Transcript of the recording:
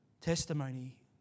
testimony